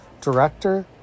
director